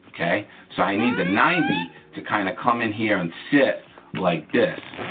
okay. so, i need the ninety to kinda come in here and sit like this,